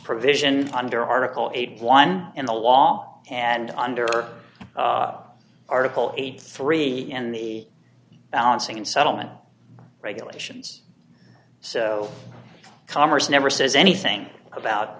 provision under article eighty one dollars in the law and under article eighty three in the balancing and settlement regulations so commerce never says anything about